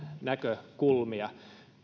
näkökulmia